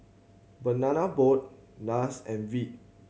Banana Boat Nars and Veet